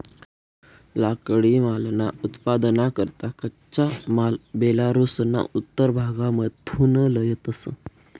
लाकडीमालना उत्पादनना करता कच्चा माल बेलारुसना उत्तर भागमाथून लयतंस